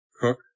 cook